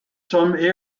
some